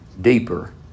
deeper